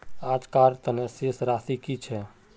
आजकार तने शेष राशि कि छे?